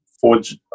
forge